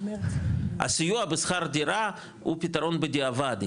הסיוע בשכר הדירה, הוא פתרון בדיעבד.